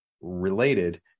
related